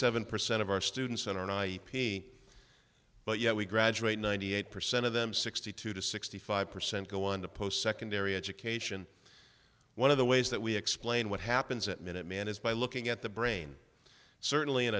seven percent of our students are nave p but yet we graduate ninety eight percent of them sixty two to sixty five percent go on to post secondary education one of the ways that we explain what happens at minuteman is by looking at the brain certainly in